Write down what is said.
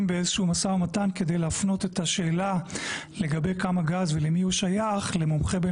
באיזשהו משא ומתן כדי להפנות את השאלה לגבי כמה גז ולמי הוא שייך,